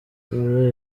kuba